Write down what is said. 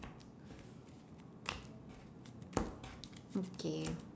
okay